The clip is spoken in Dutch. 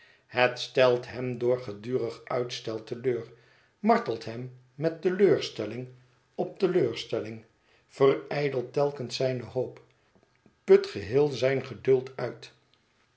het stelt hem door gedurig uitstel te leur martelt hem met teleurstelling op teleurstelling verijdelt telkens zijne hoop put geheel zijn geduld uit